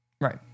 right